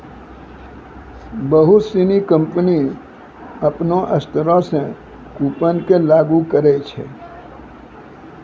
बहुते सिनी कंपनी अपनो स्तरो से कूपन के लागू करै छै